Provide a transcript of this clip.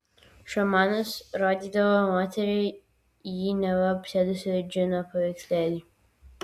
šamanas rodydavo moteriai jį neva apsėdusio džino paveikslėlį